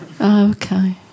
okay